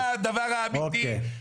זה הדבר האמיתי.